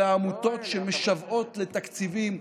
והעמותות שמשוועות לתקציבים,